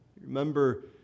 Remember